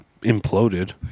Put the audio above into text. imploded